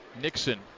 Nixon